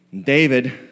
David